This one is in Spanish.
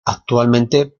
actualmente